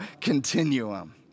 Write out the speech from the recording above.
continuum